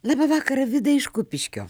labą vakarą vidai iš kupiškio